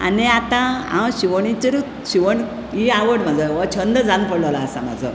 आनी आतां हांव शिवणेचेरूच शिवण ही आवड म्हजो हो छंद जावन पडलेलो आसा म्हजो